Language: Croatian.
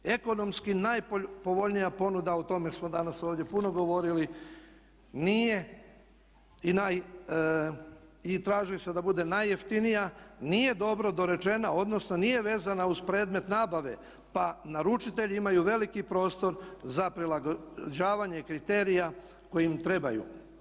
Ekonomski najpovoljnija ponuda, o tome smo danas ovdje puno govorili, nije i naj, i traži se da bude najjeftinija, nije dobro dorečena, odnosno nije vezana uz predmet nabave pa naručitelji imaju veliki prostor za prilagođavanje kriterija koji im trebaju.